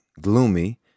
gloomy